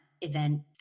event